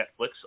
Netflix